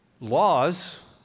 Laws